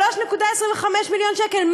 3.25 מיליון שקל?